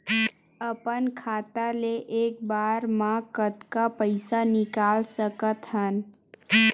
अपन खाता ले एक बार मा कतका पईसा निकाल सकत हन?